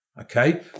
okay